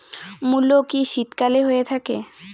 মূলো কি শীতকালে হয়ে থাকে?